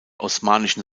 osmanischen